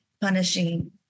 punishing